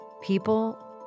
People